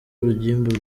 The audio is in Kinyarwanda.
urugimbu